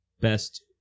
Best